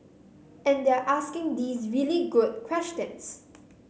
and they're asking these really good questions